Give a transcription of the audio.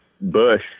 bush